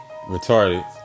retarded